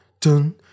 dun